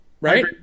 Right